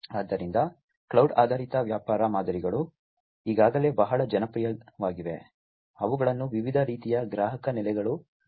ಆದ್ದರಿಂದ ಕ್ಲೌಡ್ ಆಧಾರಿತ ವ್ಯಾಪಾರ ಮಾದರಿಗಳು ಈಗಾಗಲೇ ಬಹಳ ಜನಪ್ರಿಯವಾಗಿವೆ ಅವುಗಳನ್ನು ವಿವಿಧ ರೀತಿಯ ಗ್ರಾಹಕ ನೆಲೆಗಳು ಬಳಸುತ್ತವೆ